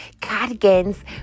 Cardigans